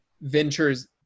ventures